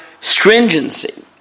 stringency